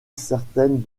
certaines